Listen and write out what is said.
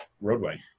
roadway